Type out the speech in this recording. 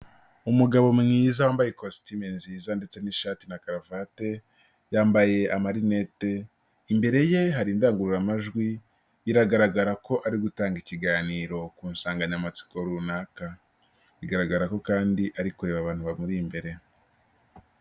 Umugabo mwiza wambaye ikositime nziza ndetse n'ishati na karuvate, yambaye amarinete, imbere ye hari indangururamajwi, biragaragara ko ari gutanga ikiganiro ku nsanganyamatsiko runaka, bigaragara ko kandi ari kureba abantu bamuri imbere.